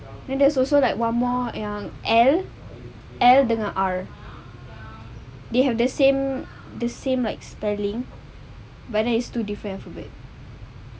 and there is also one more yang L L dengan R they have the same the same like spelling but then it's two different alphabets